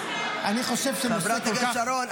אני חושב שנושא כל כך --- חברת הכנסת שרון,